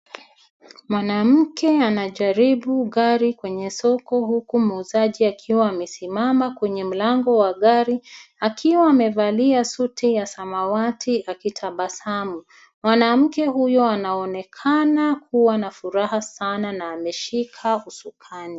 Mwanamke anajaribu gari kwenye soko huku muuzaji akiwa amesimama kwenye mlango wa gari akiwa amevalia suti ya samawati akitabasamu. Mwanamke huyo anaonekana kuwa na furaha sana na ameshika usukani.